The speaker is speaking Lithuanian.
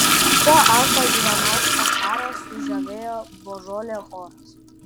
kuo alfą ivanauską farą sužavėjo božolė choras